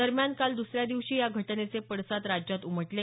दरम्यान काल द्रसऱ्या दिवशीही या घटनेचे पडसाद राज्यात उमटले